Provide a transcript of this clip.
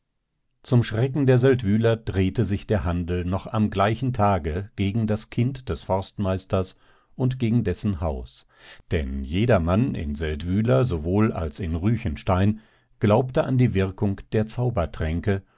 zum schrecken der seldwyler drehte sich der handel noch am gleichen tage gegen das kind des forstmeisters und gegen dessen haus denn jedermann in seldwyla sowohl als in ruechenstein glaubte an die wirkung der zaubertränke